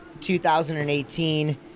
2018